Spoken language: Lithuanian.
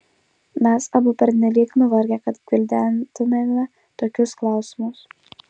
mes abu pernelyg nuvargę kad gvildentumėme tokius klausimus